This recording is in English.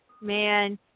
Man